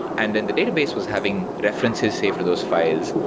and then the database was having references saved for those files,